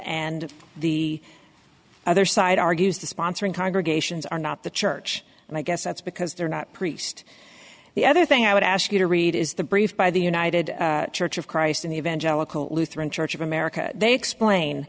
and the other side argues the sponsoring congregations are not the church and i guess that's because they're not priest the other thing i would ask you to read is the brief by the united church of christ in the evangelical lutheran church of america they explain